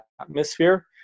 atmosphere